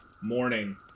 morning